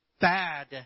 bad